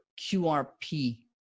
QRP